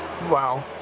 Wow